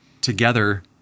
together